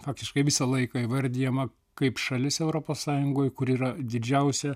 faktiškai visą laiką įvardijama kaip šalis europos sąjungoj kur yra didžiausia